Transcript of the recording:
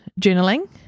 journaling